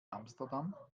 amsterdam